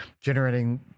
generating